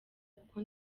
kuko